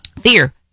fear